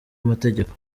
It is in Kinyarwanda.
amategeko